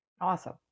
Awesome